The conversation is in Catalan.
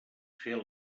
fer